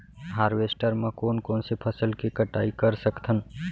Harvester म कोन कोन से फसल के कटाई कर सकथन?